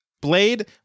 Blade